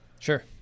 Sure